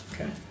Okay